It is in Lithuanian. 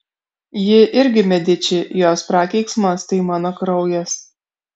ji irgi mediči jos prakeiksmas tai mano kraujas